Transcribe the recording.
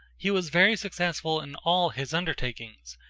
he was very successful in all his undertakings.